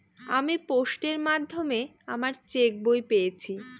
আমি পোস্টের মাধ্যমে আমার চেক বই পেয়েছি